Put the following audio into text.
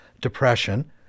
depression